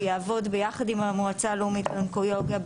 שיעבוד ביחד עם המועצה הלאומית לאונקולוגיה,